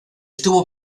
estuvo